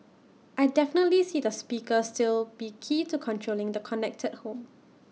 I definitely see the speaker still be key to controlling the connected home